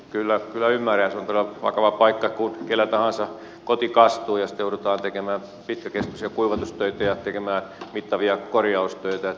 kyllä ymmärrän ja se on todella vakava paikka kun kenellä tahansa koti kastuu ja sitten joudutaan tekemään pitkäkestoisia kuivatustöitä ja tekemään mittavia korjaustöitä